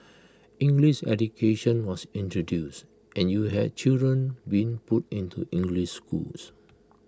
English education was introduced and you had children being put into English schools